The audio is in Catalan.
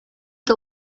que